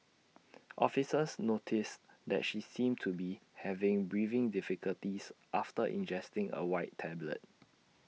officers noticed that she seemed to be having breathing difficulties after ingesting A white tablet